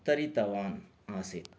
तरितवान् आसीत्